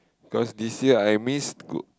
cause this year I miss go